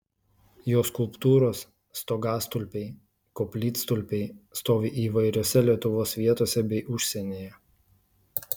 jo skulptūros stogastulpiai koplytstulpiai stovi įvairiose lietuvos vietose bei užsienyje